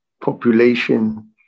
population